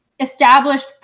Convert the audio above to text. established